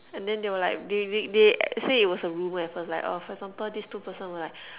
and then they were like they they they say it was a rumor at first like oh for example this two persons were like